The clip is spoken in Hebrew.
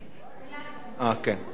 נא לשבת.